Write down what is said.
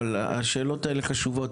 אבל השאלות האלה חשובות.